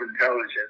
intelligence